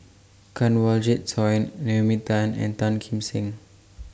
Kanwaljit Soin Naomi Tan and Tan Kim Seng